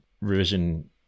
revision